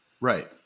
Right